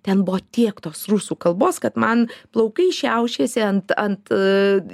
ten buvo tiek tos rusų kalbos kad man plaukai šiaušėsi ant ant